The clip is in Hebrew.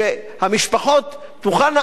עד שהמשפחות תוכלנה